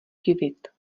divit